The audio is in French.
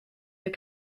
yeux